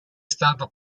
stato